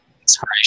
inspiration